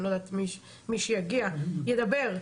אני לא יודעת מי שיגיע ידבר,